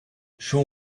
show